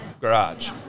garage